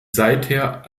seither